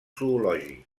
zoològic